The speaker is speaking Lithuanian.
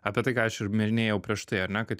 apie tai ką aš ir minėjau prieš tai ar ne kad